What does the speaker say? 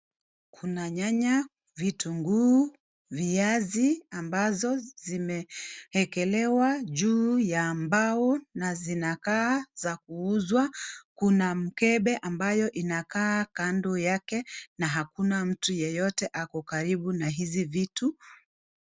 Kuna nyanya, vitunguu, viazi ambazo zimewekelewa juu ya mbao na zinakaa za kuuzwa. Kuna mkebe ambayo inakaa kando yake na hakuna mtu yeyote ako karibu na hizi vitu.